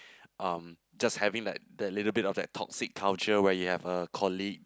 um just having that that little bit of that toxic culture where you have a colleague